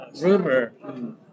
rumor